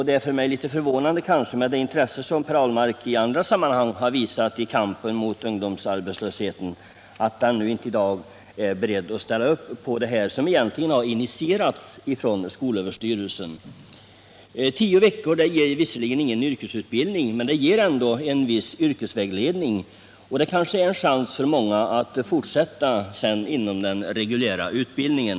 Det är för mig litet förvånande, med tanke på det intresse Per Ahlmark i andra sammanhang visat i kampen mot ungdomsarbetslösheten, att han inte i dag är beredd att gå med på den åtgärd som jag frågat om. Tanken har ju egentligen tagits upp av skolöverstyrelsen. En tioveckorskurs ger visserligen ingen fullständig yrkesutbildning, men den kan ändå ge en viss yrkesvägledning, som kanske kan leda till att många sedan fortsätter inom den reguljära utbildningen.